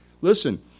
Listen